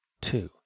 two